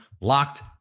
LOCKED